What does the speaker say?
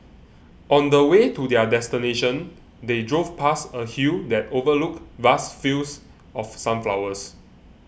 on the way to their destination they drove past a hill that overlooked vast fields of sunflowers